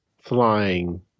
flying